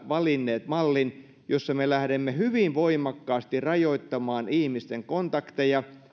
valinneet mallin jossa me lähdemme hyvin voimakkaasti rajoittamaan ihmisten kontakteja